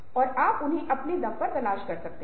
और आप उन्हें अपने दम पर तलाश सकते हैं